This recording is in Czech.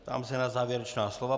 Ptám se na závěrečná slova.